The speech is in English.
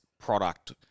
product